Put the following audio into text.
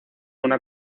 una